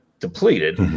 depleted